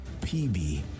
PB